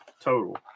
total